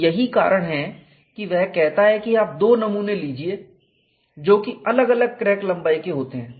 तो यही कारण है कि वह कहता है कि आप 2 नमूने लीजिए जो कि अलग अलग क्रैक लंबाई के होते हैं